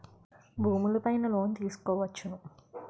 భూములు పైన లోన్ తీసుకోవచ్చును